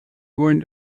going